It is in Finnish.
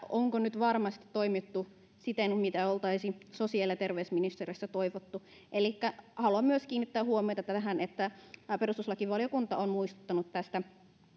siitä onko nyt varmasti toimittu siten kuin oltaisiin sosiaali ja terveysministeriössä toivottu haluan siis myös kiinnittää huomiota tähän että perustuslakivaliokunta on muistuttanut tästä